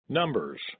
Numbers